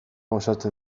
osatzea